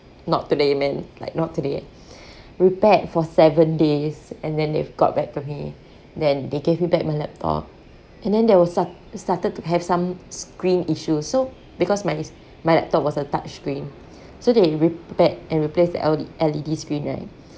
not today man like not today repaired for seven days and then they've got back to me then they gave me back my laptop and then there was st~ it started to have some screen issue so because my s~ my laptop was a touch screen so they repaired and replace the L_ L_E_D screen right